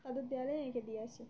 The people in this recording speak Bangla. দরকারে এঁকে দিয়ে আসি